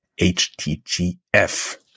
HTGF